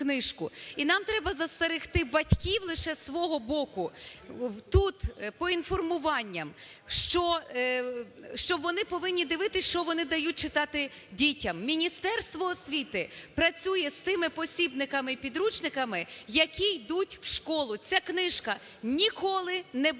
І нам треба застерегти батьків лише з свого боку тут поінформуванням, що вони повинні дивитися, що вони дають читати дітям. Міністерство освіти працює з тими посібниками і підручниками, які йдуть в школу. Ця книжка ніколи не була